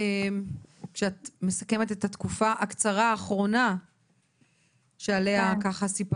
כשאנחנו יושבות כאן בוועדה שאלו הדברים שצריך